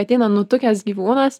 ateina nutukęs gyvūnas